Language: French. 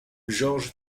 georges